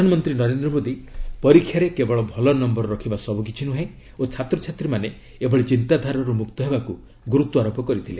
ପ୍ରଧାନମନ୍ତ୍ରୀ ନରେନ୍ଦ୍ର ମୋଦୀ ପରୀକ୍ଷାରେ କେବଳ ଭଲ ନମ୍ଭର ରଖିବା ସବୁ କିଛି ନୁହେଁ ଓ ଛାତ୍ରଛାତ୍ରୀମାନେ ଏଭଳି ଚିନ୍ତାଧାରାରୁ ମୁକ୍ତ ହେବାକୁ ଗୁରୁତ୍ୱାରୋପ କରିଥିଲେ